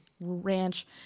ranch